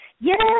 Yes